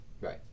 Right